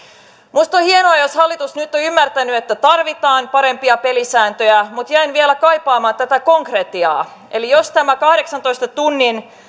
minusta on hienoa jos hallitus nyt on ymmärtänyt että tarvitaan parempia pelisääntöjä mutta jäin vielä kaipaamaan konkretiaa eli jos tämä kahdeksantoista tunnin